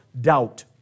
doubt